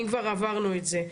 אם כבר עברנו את זה,